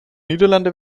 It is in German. niederlande